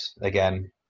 again